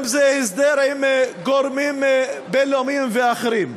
הסדר עם גורמים בין-לאומים ואחרים.